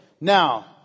now